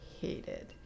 hated